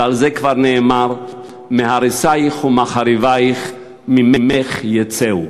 ועל זה כבר נאמר "מהרסַיך ומחרבַיך ממך יצאו".